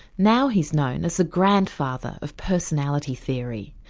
now he's known as the grandfather of personality theory.